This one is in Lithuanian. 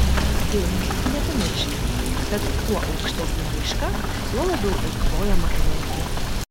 ir nepamiškime kad kuo aukštesnė raiška tuo labiau eikvojama energija